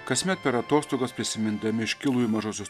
kasmet per atostogas prisimindami iškilųjį mažosios